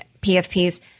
PFPs